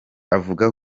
avuga